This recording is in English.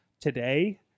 today